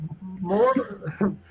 more